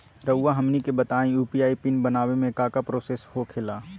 रहुआ हमनी के बताएं यू.पी.आई पिन बनाने में काका प्रोसेस हो खेला?